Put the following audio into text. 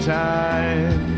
time